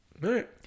right